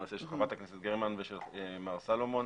של חברת הכנסת גרמן ושל מר סלומון,